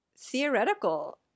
theoretical